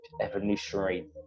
evolutionary